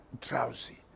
drowsy